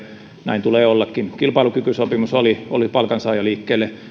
näin tulee ollakin kilpailukykysopimus oli oli jo palkansaajaliikkeelle